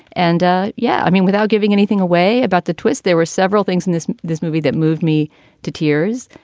and yeah, i mean, without giving anything away about the twist, there were several things in this this movie that moved me to tears.